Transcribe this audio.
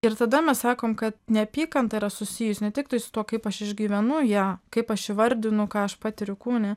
ir tada mes sakom kad neapykanta yra susijusi ne tiktai su tuo kaip aš išgyvenu ją kaip aš įvardinu ką aš patiriu kūne